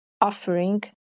offering